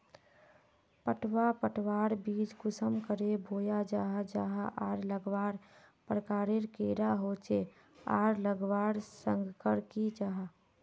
पटवा पटवार बीज कुंसम करे बोया जाहा जाहा आर लगवार प्रकारेर कैडा होचे आर लगवार संगकर की जाहा?